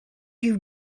you